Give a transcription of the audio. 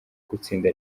gutsinda